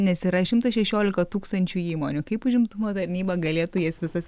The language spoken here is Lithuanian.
nes yra šimtas šešiolika tūkstančių įmonių kaip užimtumo tarnyba galėtų jas visas